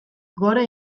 gora